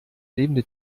lebende